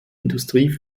industrie